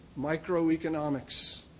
Microeconomics